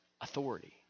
authority